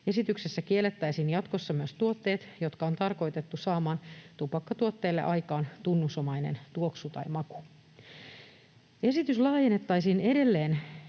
Esityksessä kiellettäisiin jatkossa myös tuotteet, jotka on tarkoitettu saamaan tupakkatuotteelle aikaan tunnusomainen tuoksu tai maku. Esitys laajentaisi edelleen